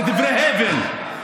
אלה דברי הבל.